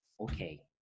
Okay